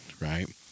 Right